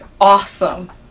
Awesome